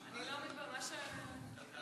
עבודה,